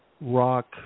rock